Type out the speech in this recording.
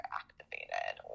activated